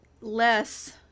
less